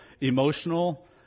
Emotional